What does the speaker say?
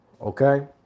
Okay